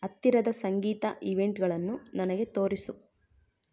ಹತ್ತಿರದ ಸಂಗೀತ ಈವೆಂಟ್ಗಳನ್ನು ನನಗೆ ತೋರಿಸು